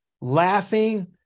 laughing